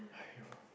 !haiyo!